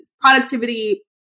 productivity